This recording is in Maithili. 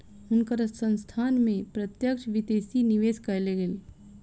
हुनकर संस्थान में प्रत्यक्ष विदेशी निवेश कएल गेल